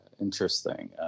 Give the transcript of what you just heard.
interesting